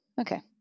Okay